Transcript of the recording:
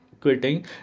quitting